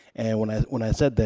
and when i when i said that,